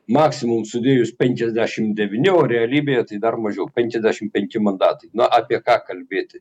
maksimum sudėjus penkiasdešim devyni o realybėje tai dar mažiau penkiasdešim penki mandatai na apie ką kalbėti